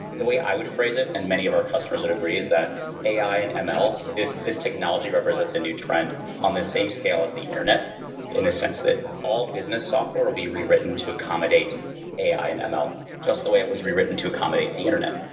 the way i would phrase it, and many of our customers would agree, is that ai and ml, this technology represents a new trend on the same scale as the internet in a sense that all business software will be rewritten to accommodate ai and ml just the way it was rewritten to accommodate the internet.